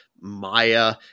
Maya